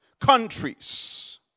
countries